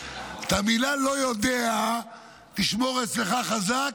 את המילים "לא יודע" תשמור אצלך חזק.